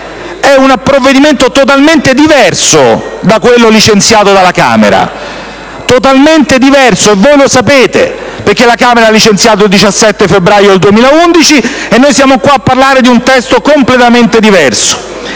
è qui in Aula è totalmente diverso da quello licenziato dalla Camera, e voi lo sapete, perché la Camera l'ha licenziato il 17 febbraio 2011, e noi siamo qui a parlare di un testo completamente diverso.